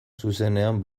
zuzenean